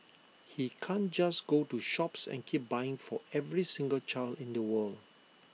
he can't just go to shops and keep buying for every single child in the world